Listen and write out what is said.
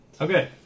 Okay